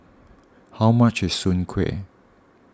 how much is Soon Kuih